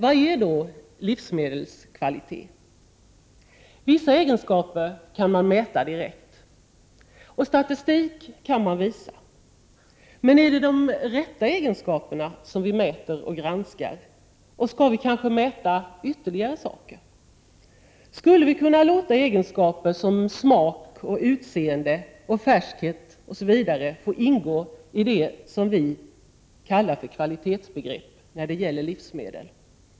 Vad är då livsmedelskvalitet? Vissa egenskaper kan mätas direkt, och statistik kan visas, men är det de rätta egenskaperna som mäts och granskas? Skall ytterligare saker mätas? Skulle egenskaper som smak, utseende, färskhet, osv. kunna få ingå i det som vi kallar för kvalitetsbegrepp när det gäller livsmedel?